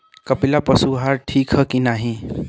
कपिला पशु आहार ठीक ह कि नाही?